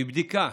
מבדיקה